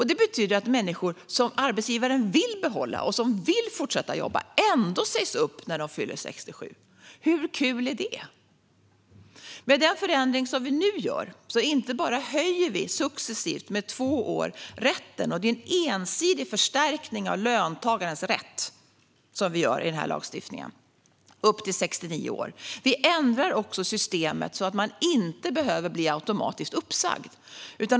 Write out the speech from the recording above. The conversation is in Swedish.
Det betyder att människor som arbetsgivaren vill behålla och som vill fortsätta att jobba ändå sägs upp när de fyller 67 år. Hur kul är det? Med den förändring som vi nu gör inte bara höjer vi successivt med två år rätten att arbeta kvar. Det är en ensidig förstärkning av löntagarens rätt vi gör i lagstiftningen upp till 69 år. Vi ändrar också systemet så att man inte behöver bli automatiskt uppsagd.